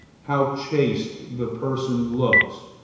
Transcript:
how chaste the persons look,